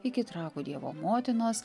iki trakų dievo motinos